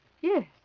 yes